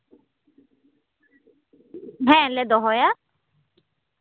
ᱦᱮᱸ ᱞᱮ ᱫᱚᱦᱚᱭᱟ